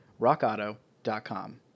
rockauto.com